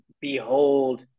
Behold